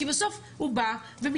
כי בסוף הוא בא ומתעסק.